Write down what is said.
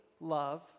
love